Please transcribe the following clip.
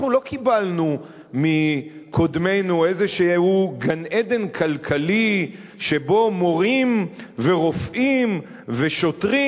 אנחנו לא קיבלנו מקודמינו איזה גן-עדן כלכלי שבו מורים ורופאים ושוטרים